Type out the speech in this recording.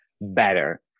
better